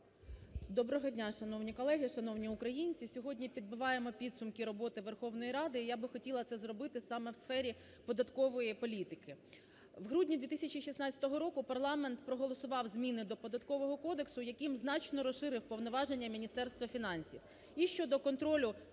Доброго дня, шановні колеги, шановні українці. Сьогодні підбиваємо підсумки роботи Верховної Ради. І я би хотіла це зробити саме в сфері податкової політики. У грудні 2016 року парламент проголосував зміни до Податкового кодексу, яким значно розширив повноваження Міністерства фінансів: